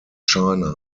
china